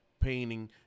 painting